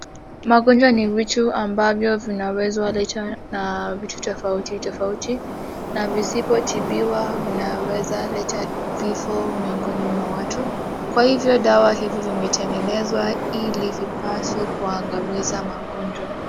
Magonjwa ni vitu ambavyo vinaweza letwa na vitu tofauti tofauti na visipotibiwa vinaweza leta vifo miongoni mwa watu. Kwa hivyo dawa hizi zimetegenezwa ili vipaswe kuangamiza magonjwa.